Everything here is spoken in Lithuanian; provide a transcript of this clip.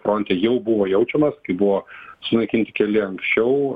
fronte jau buvo jaučiamas kai buvo sunaikinti keli anksčiau